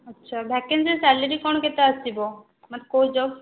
ଆଚ୍ଛା vacancy salary କେତେ କ'ଣ ଆସିବ ମାନେ କେଉଁ ଜବ୍